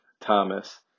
Thomas